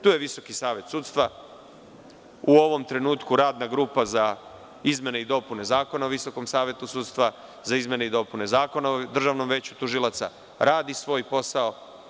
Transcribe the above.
Tu je Visoki savet sudstva, u ovom trenutku radna grupa za izmene i dopunama Zakona o Visokom savetu sudstva, za izmene i dopune Zakona o Državnom veću tužilaca, radi svoj posao.